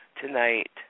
tonight